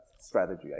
Strategy